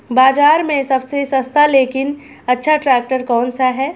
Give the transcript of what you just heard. बाज़ार में सबसे सस्ता लेकिन अच्छा ट्रैक्टर कौनसा है?